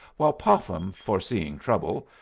while popham, foreseeing trouble,